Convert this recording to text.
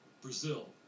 Brazil